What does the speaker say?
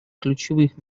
ключевых